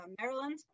Maryland